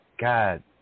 God